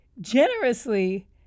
generously